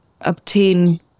obtain